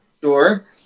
Sure